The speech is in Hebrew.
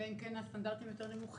אלא אם כן הסטנדרטים יותר נמוכים.